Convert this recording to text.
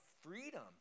freedom